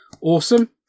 awesome